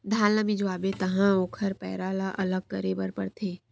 धान ल मिंजवाबे तहाँ ओखर पैरा ल अलग करे बर परथे